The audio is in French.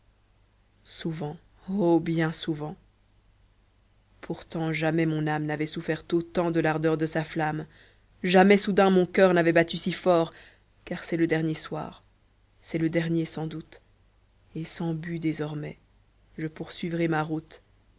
souvent bien souvent pourtant jamais mon âme n'avait souffert autant de l'ardeur de sa flamme jamais soudain mon coeur n'avait battu si fort car c'est le dernier soir c'est le dernier sans doute et sans but désormais je poursuivrai ma route